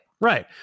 right